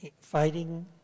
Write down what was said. fighting